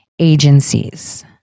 agencies